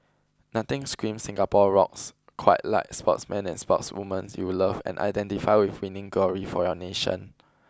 nothing screams Singapore rocks quite like sportsmen and sportswomen you love and identify with winning glory for your nation